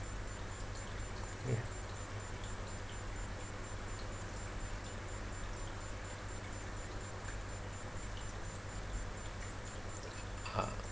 ya !huh!